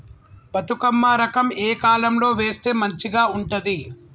బతుకమ్మ రకం ఏ కాలం లో వేస్తే మంచిగా ఉంటది?